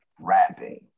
rapping